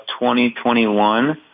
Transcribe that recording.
2021